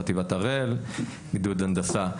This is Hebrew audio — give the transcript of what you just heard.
חטיבת הראל, גדוד הנדסה.